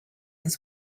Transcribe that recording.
his